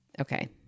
Okay